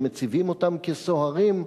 אם מציבים אותם כסוהרים,